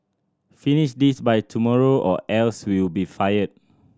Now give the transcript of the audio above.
finish this by tomorrow or else you'll be fired